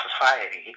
society